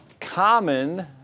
common